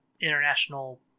International